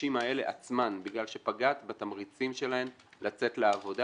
בנשים האלה עצמן כי למעשה פגעת בתמריצים שלהן לצאת לעבודה,